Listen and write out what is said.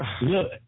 Look